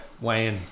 Wayne